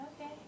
Okay